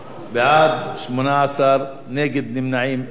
בעד, 18, נגד, נמנעים, אין.